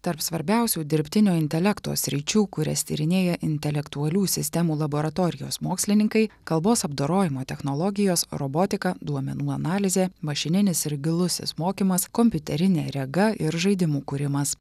tarp svarbiausių dirbtinio intelekto sričių kurias tyrinėja intelektualių sistemų laboratorijos mokslininkai kalbos apdorojimo technologijos robotika duomenų analizė mašininis ir gilusis mokymas kompiuterinė rega ir žaidimų kūrimas